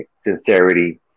sincerity